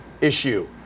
issue